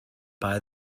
buy